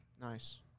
nice